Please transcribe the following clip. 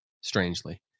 Strangely